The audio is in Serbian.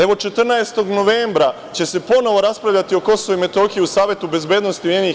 Evo, 14. novembra će se ponovo raspravljati o KiM u Savetu Bezbednosti UN.